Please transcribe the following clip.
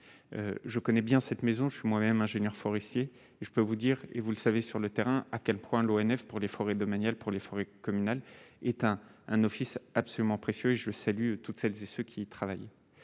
je connais bien cette maison, je suis moi même ingénieur forestier et je peux vous dire et vous le savez, sur le terrain, à quel point l'ONF pour les forêts domaniales pour les forêts communales est un un office absolument précieux je salue toutes celles et ceux qui travaillent,